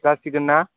जासिगोनना